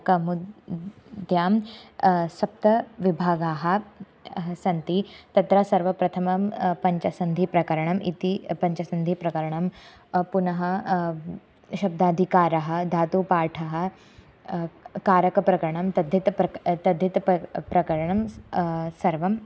कौमुद्यां द् द्यां सप्तविभागाः सन्ति तत्र सर्वप्रथमं पञ्चसन्धिप्रकरणम् इति पञ्चसन्धिप्रकरणं पुनः शब्दाधिकारः धातुपाठः कारकप्रकरणं तद्धितप्रकरणं तद्धितप्र प्रकरणं स् सर्वं